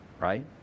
right